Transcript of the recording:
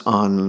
on